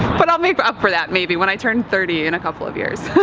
but i'll make but up for that maybe, when i turn thirty in a couple of years.